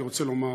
אני רוצה לומר